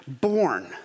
born